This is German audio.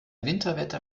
winterwetter